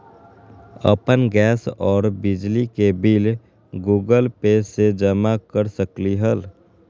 अपन गैस और बिजली के बिल गूगल पे से जमा कर सकलीहल?